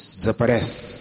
desaparece